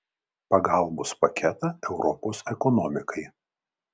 pagalbos paketą europos ekonomikai